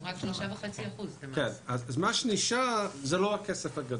אז מה שנשאר זה לא הכסף הגדול.